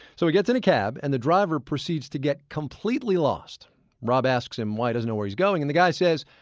so he gets in a cab and the driver proceeds to get completely lost rob asks him why he doesn't know where he's going, and the guy says,